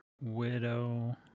widow